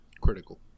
critical